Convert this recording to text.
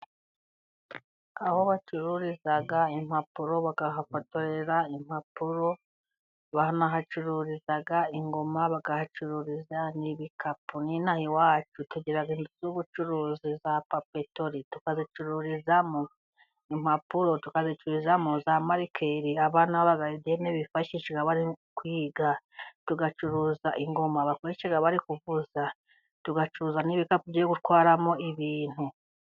Aho bacururiza impapuro bakahafotorera impapuro, banahacururiza ingoma bakahacururiza n'ibikapu. N' ino aha iwacu tugira inzu z'ubucuruzi za papetori tukazicururizamo impapuro, tukazicururizamo za marikeri abana b'abagaridiyene bifashisha bari kwiga, tugacuruza ingoma bakurikira bari kuvuza tugacuruza n'ibikapu byo gutwaramo ibintu.